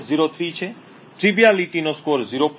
03 છે તુચ્છતા નો સ્કોર 0